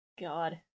God